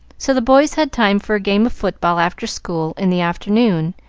so the boys had time for a game of football after school in the afternoon,